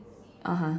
(uh huh)